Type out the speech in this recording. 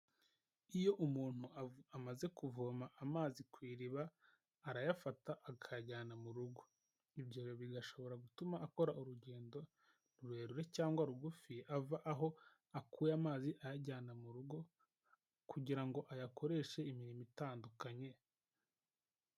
Iyo umuntu amaze kuvoma amazi ku iriba, arayafata akayajyana mu rugo, ibyo bigashobora gutuma akora urugendo rurerure cyangwa rugufi, ava aho akuye amazi ayajyana mu rugo kugira ngo ayakoreshe imirimo itandukanye.